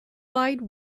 wide